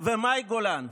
ומאי גולן.